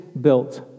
built